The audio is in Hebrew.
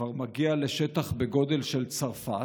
כבר מגיע לשטח בגודל של צרפת,